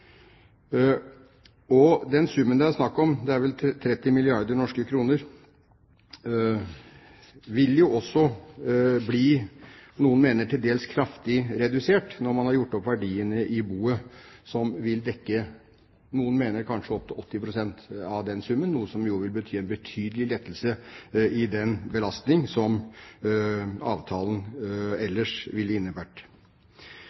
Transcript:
Den summen det er snakk om – det er vel 30 milliarder norske kr – vil jo også bli – noen mener til dels kraftig – redusert når man har gjort opp verdiene i boet, som vil dekke, noen mener kanskje opptil 80 pst. av den summen, noe som vil bety en betydelig lettelse i den belastning som avtalen